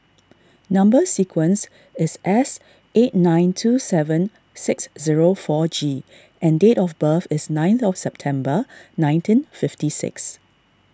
Number Sequence is S eight nine two seven six zero four G and date of birth is nineth of September nineteen fifty six